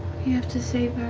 we have to save